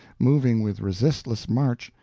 moving with resistless march,